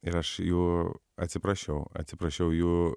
ir aš jų atsiprašiau atsiprašiau jų